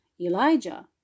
Elijah